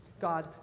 God